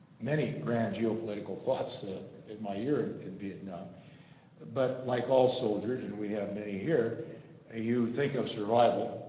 many grand geopolitical thoughts at my year and in vietnam but like all soldiers and we have many here and ah you think of survival